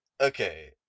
Okay